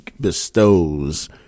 bestows